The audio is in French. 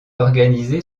organisée